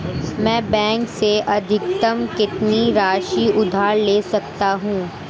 मैं बैंक से अधिकतम कितनी राशि उधार ले सकता हूँ?